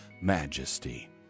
majesty